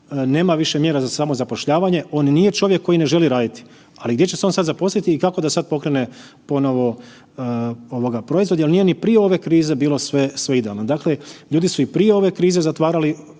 nema više mjera za samozapošljavanje, on nije čovjek koji ne želi raditi, ali gdje će se on sad zaposliti i kako da sad pokrene ovoga proizvod jer nije ni prije ove krize bilo sve idealno. Dakle, ljudi su i prije ove krize zatvarali,